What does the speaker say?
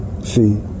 See